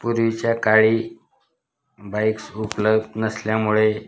पूर्वीच्या काळी बाईक्स उपलब्ध नसल्यामुळे